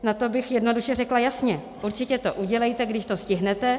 Na to bych jednoduše řekla: jasně, určitě to udělejte, když to stihnete.